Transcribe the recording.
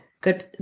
good